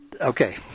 okay